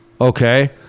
Okay